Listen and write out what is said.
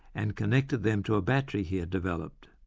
and connected them to a battery he had developed.